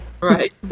Right